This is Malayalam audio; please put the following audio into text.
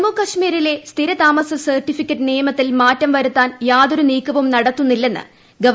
ജമ്മുകാശ്മീരിലെ സ്ഥിരതാമസ സർട്ടിഫിക്കറ്റ് നിയമത്തിൽ മാറ്റം ന് വരുത്താൻ യാതൊരു നീക്കവും നടത്തുന്നില്ലെന്ന് ഗവർണ്ണർ സത്യപാൽ മാലിക്